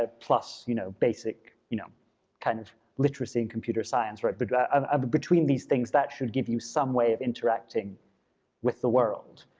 ah plus you know basic you know kind of literacy and computer science. but yeah ah between these things, that should give you some way of interacting with the world.